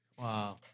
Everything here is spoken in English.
Wow